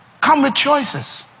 come with choices.